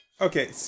Okay